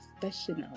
professional